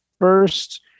first